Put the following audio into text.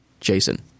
Jason